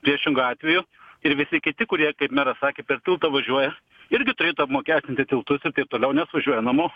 priešingu atveju ir visi kiti kurie kaip meras sakė per tiltą važiuoja irgi turėtų apmokestinti tiltus ir taip toliau nes važiuoja namo